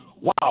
wow